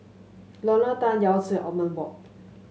Lorna Tan Yao Zi Othman Wok